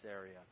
area